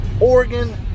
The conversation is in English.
Oregon